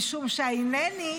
משום שה"הינני"